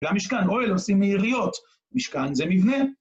גם משכן, אוהל עושים מיריעות, משכן זה מבנה.